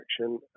action